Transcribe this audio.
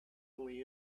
only